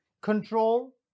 Control